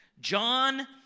John